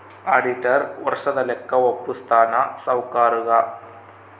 auditor ವರ್ಷದ ಲೆಕ್ಕ ವಪ್ಪುಸ್ತಾನ ಸಾವ್ಕರುಗಾ